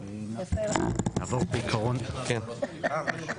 אפשר הצהרות פתיחה?